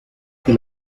que